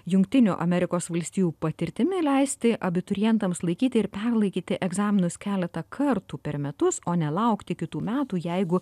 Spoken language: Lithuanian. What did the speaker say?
jungtinių amerikos valstijų patirtimi leisti abiturientams laikyti ir perlaikyti egzaminus keletą kartų per metus o nelaukti kitų metų jeigu